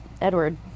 Edward